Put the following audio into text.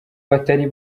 batari